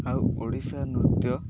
ଆଉ ଓଡ଼ିଶା ନୃତ୍ୟ